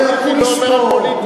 אני כבר מתאר לעצמי את הזעקות.